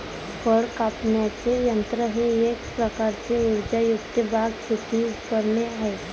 फळ कापण्याचे यंत्र हे एक प्रकारचे उर्जायुक्त बाग, शेती उपकरणे आहे